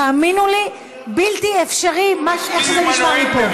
בלתי אפשרי איך שזה נשמע מפה.